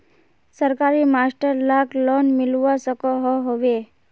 सरकारी मास्टर लाक लोन मिलवा सकोहो होबे?